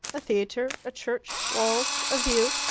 a theatre. a church. walls. a view.